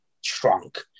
shrunk